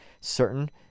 certain